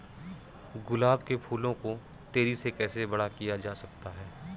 गुलाब के फूलों को तेजी से कैसे बड़ा किया जा सकता है?